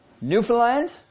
Newfoundland